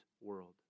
world